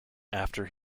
after